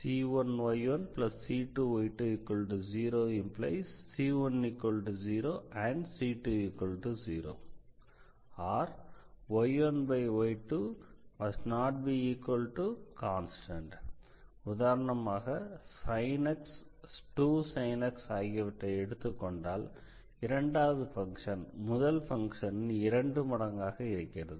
c1y1c2y20⇒c10c20 ory1y2constant உதாரணமாக sin x 2 sin x ஆகியவற்றை எடுத்துக்கொண்டால் இரண்டாவது பங்க்ஷன் முதல் பங்க்ஷனின் இரண்டு மடங்காக இருக்கிறது